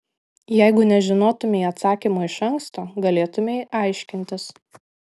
jeigu nežinotumei atsakymo iš anksto galėtumei aiškintis